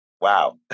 Wow